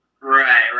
right